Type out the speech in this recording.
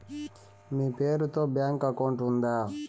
మీ పేరు తో bank account ఉందా?